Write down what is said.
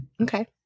Okay